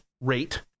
rate